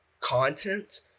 content